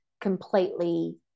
completely